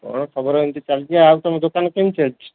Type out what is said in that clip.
କ'ଣ ଖବର ଏମିତି ଚାଲିଛି ଆଉ ତିମ ଦୋକାନ କେମିତି ଚାଲିଛି